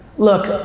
look,